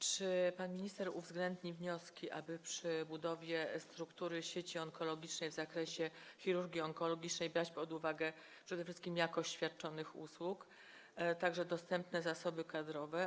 Czy pan minister uwzględni wnioski, aby przy budowie struktury sieci onkologicznej w zakresie chirurgii onkologicznej brać pod uwagę przede wszystkim jakość świadczonych usług, a także dostępne zasoby kadrowe?